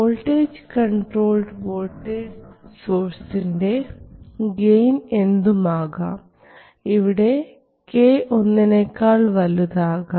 voltage controlled voltage സോഴ്സിൻറെ gain എന്തുമാകാം ഇവിടെ k ഒന്നിനേക്കാൾ വലുതാകാം